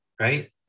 right